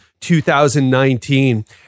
2019